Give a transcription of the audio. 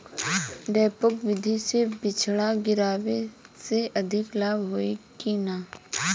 डेपोक विधि से बिचड़ा गिरावे से अधिक लाभ होखे की न?